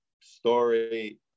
story